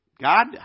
God